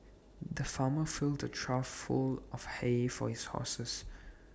the farmer filled A trough full of hay for his horses